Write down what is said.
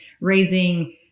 raising